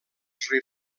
sri